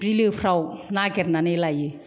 बिलोफ्राव नागिरनानै लायो